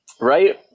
Right